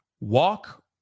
walk